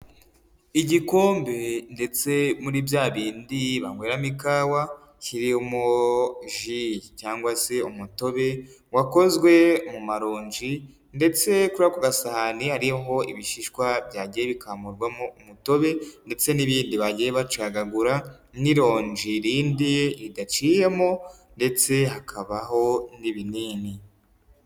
Igikombe ndetse muri bya bindi banywemo ikawa, kirimo ji cyangwa se umutobe wakozwe mu maronji ndetse kuri ako gasahani hariho ibishishwa, byagiye bikamurwamo umutobe ndetse n'ibindi bagiye bacagagura, n'ironji rindi ridaciyemo ndetse hakabaho n'ibinini.